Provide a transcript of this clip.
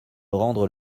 rendre